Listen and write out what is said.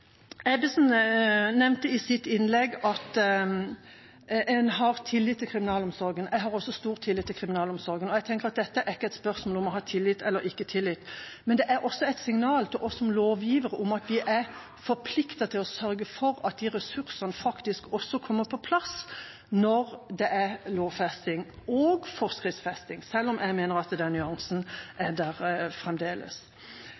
Ebbesen nevnte i sitt innlegg at en har tillit til kriminalomsorgen. Jeg har også stor tillit til kriminalomsorgen, og jeg tenker at dette er ikke et spørsmål om å ha tillit eller ikke ha tillit, men det er også et signal til oss som lovgivere om at vi er forpliktet til å sørge for at ressursene faktisk også kommer på plass når det er lovfesting og forskriftsfesting, selv om jeg mener at den nyansen